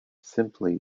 simply